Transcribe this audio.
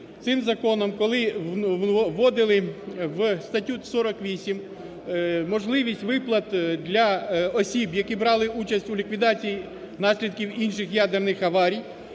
Цим законом, коли вводили в статтю 48 можливість виплат для осіб, які брали участь у ліквідації наслідків інших ядерних аварій,